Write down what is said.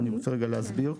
ואני רוצה להסביר רגע.